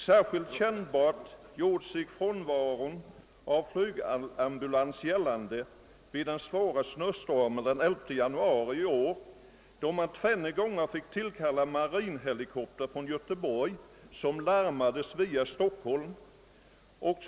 Särskilt kännbart gjorde sig frånvaron av en flygambulans gällande vid den svåra snöstormen den 11 januari i år, då man tvenne gånger fick tillkalla marinhelikopter från Göteborg via Stockholm.